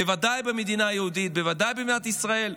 בוודאי במדינה היהודית, בוודאי במדינת ישראל,